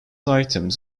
items